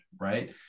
right